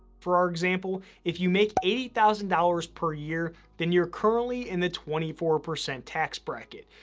for our example, if you make eighty thousand dollars per year, then you're currently in the twenty four percent tax bracket.